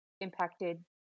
impacted